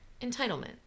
entitlement